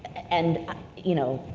and you know,